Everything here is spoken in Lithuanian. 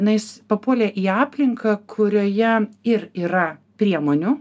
na jis papuolė į aplinką kurioje ir yra priemonių